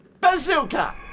Bazooka